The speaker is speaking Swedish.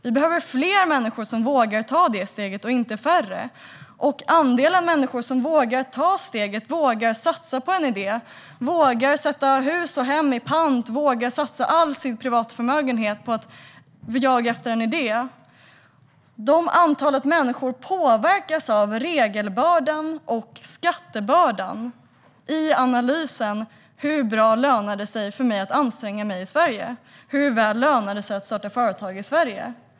Vi behöver fler människor som vågar ta det steget, inte färre, och andelen människor som vågar ta steget, vågar satsa på en idé, vågar sätta hus och hem i pant, vågar satsa hela sin privata förmögenhet på att jaga efter en idé, den andelen människor påverkas av regelbördan och skattebördan när de gör analysen: Hur väl lönar det sig för mig att anstränga mig i Sverige? Hur väl lönar det sig att starta företag i Sverige?